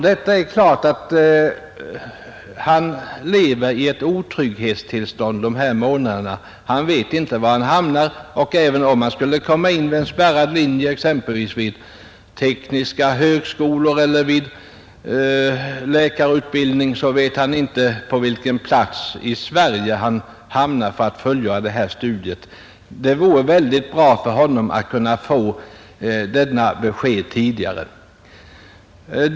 Det är klart att han lever i ett otrygghetstillstånd under dessa månader; han vet inte var han hamnar, och även om han skulle bli antagen till exempelvis spärrad linje vid teknisk högskola eller till läkarutbildning vet han inte på vilken plats i Sverige han kommer att fullgöra dessa studier. Det vore mycket bra för honom att få besked om det tidigare.